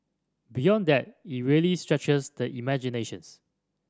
beyond that it really stretches the imaginations